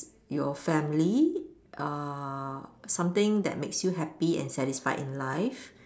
your family uh something that makes you happy and satisfied in life